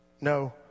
No